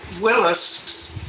Willis